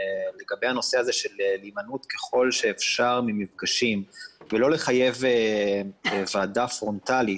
לגבי הנושא של הימנעות ככל שאפשר ממפגשים ולא לחייב ועדה פרונטלית,